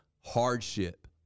hardship